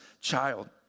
child